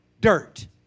dirt